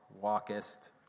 walkest